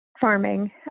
farming